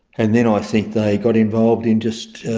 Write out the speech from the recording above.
and then i think they got involved in just,